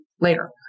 later